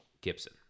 Gibson